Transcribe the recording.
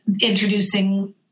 introducing